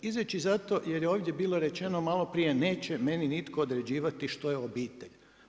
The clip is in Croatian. Izreći zato jer je ovdje bilo rečeno maloprije neće meni nitko određivati što je obitelj.